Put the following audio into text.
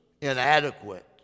inadequate